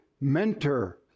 mentor